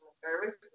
service